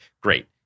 great